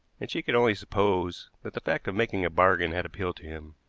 and she could only suppose that the fact of making a bargain had appealed to him.